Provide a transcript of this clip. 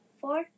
four